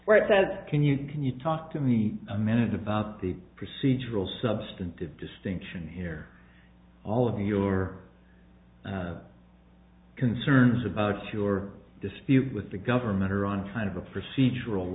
where it says can you can you talk to me a minute about the procedural substantive distinction here all of your concerns about your dispute with the government are on kind of a procedural